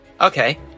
Okay